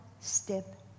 step